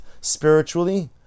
spiritually